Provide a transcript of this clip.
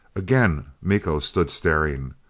again miko stood staring.